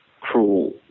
cruel